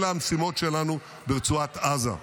אלה המשימות שלנו ברצועת עזה.